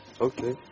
Okay